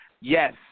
Yes